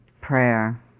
prayer